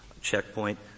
checkpoint